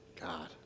God